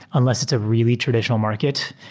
unless it's a really traditional market,